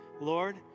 Lord